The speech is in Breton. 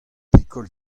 pikol